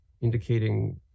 indicating